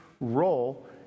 role